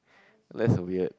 that's a weird